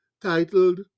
titled